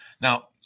Now